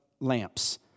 lamps